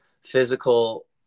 physical